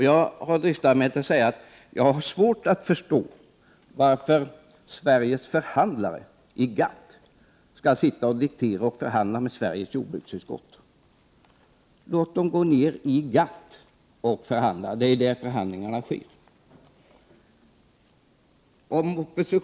Jag dristar mig att säga att jag har svårt att förstå varför Sveriges förhandlare i GATT skall sitta och diktera och förhandla med Sveriges jordbruksutskott. Låt dem förhandla i GATT, det är ju där förhandlingarna sker.